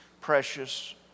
precious